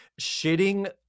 shitting